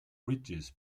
ridges